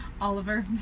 Oliver